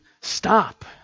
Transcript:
stop